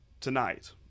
tonight –